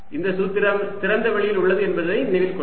இந்த சூத்திரம் திறந்தவெளியில் உள்ளது என்பதை நினைவில் கொள்ளுங்கள்